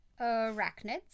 Arachnids